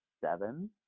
seven